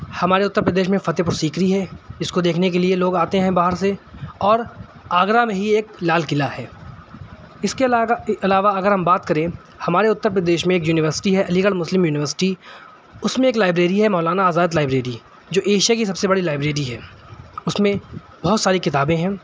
ہمارے اتر پردیش میں فتح پور سیکری ہے جس کو دیکھنے کے لیے لوگ آتے ہیں باہر سے اور آگرہ میں ہی ایک لال قلعہ ہے اس کے علاوہ اگر ہم بات کریں ہمارے اتر پردیش میں ایک یونیوسٹی ہے علی گڑھ مسلم یونیوسٹی اس میں ایک لائبریری ہے مولانا آزاد لائبریری جو ایشیا کی سب سے بڑی لائبریری ہے اس میں بہت ساری کتابیں ہیں